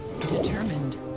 determined